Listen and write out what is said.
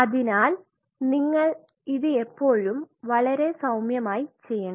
അതിനാൽ നിങ്ങൾ ഇത് എപ്പോഴും വളരെ സൌമ്യമായി ചെയ്യണം